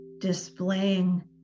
displaying